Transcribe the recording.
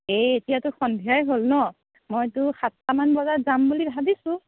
এই এতিয়াতো সন্ধিয়াই হ'ল ন' মইতো সাতটামান বজাত যাম বুলি ভাবিছোঁ